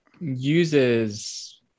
uses